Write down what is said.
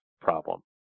problem